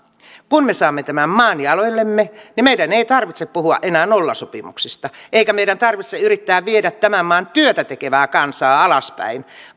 kun me saamme tämän maan jaloillemme niin meidän ei tarvitse puhua enää nollasopimuksista eikä meidän tarvitse yrittää viedä tämän maan työtätekevää kansaa alaspäin